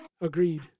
Agreed